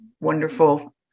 wonderful